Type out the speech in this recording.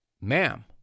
Ma'am